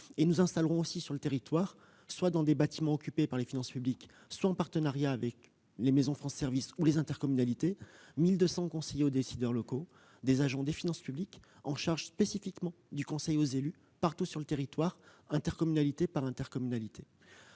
Nous installerons également sur le territoire, soit dans des bâtiments occupés par les finances publiques, soit en partenariat avec le réseau France Services ou les intercommunalités, 1 200 conseillers aux décideurs locaux, qui sont des agents des finances publiques spécifiquement chargés du conseil aux élus, sur l'ensemble du territoire, intercommunalité par intercommunalité.